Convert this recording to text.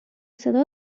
صدا